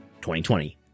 2020